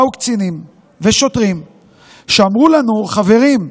באו קצינים ושוטרים שאמרו לנו: חברים,